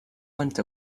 went